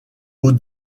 aux